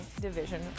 Division